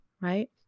right